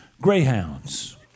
Greyhounds